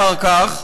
אחר כך,